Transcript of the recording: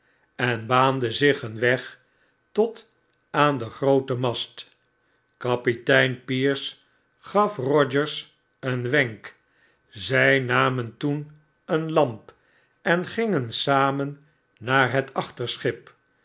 en baande zich een weg tot aan de groote mast kapitein pierce gaf rogers een wenk zy namen toen een lamp en gingen samen naar